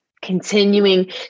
Continuing